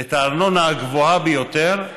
את הארנונה הגבוהה ביותר,